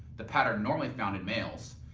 the pattern normally found in males,